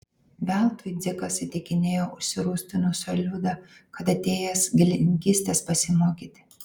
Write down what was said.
veltui dzikas įtikinėjo užsirūstinusią liudą kad atėjęs gėlininkystės pasimokyti